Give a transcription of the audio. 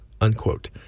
unquote